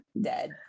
dead